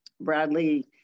Bradley